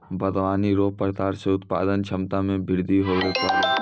बागवानी रो प्रकार से उत्पादन क्षमता मे बृद्धि हुवै पाड़ै